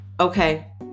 Okay